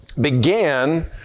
began